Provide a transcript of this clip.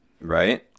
right